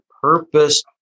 purpose